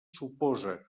suposa